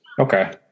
Okay